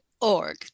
org